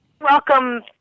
Welcome